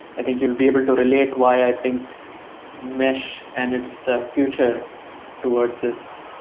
i think you'll be able to relate why i think mesh and its ah future towards this